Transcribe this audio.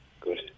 Good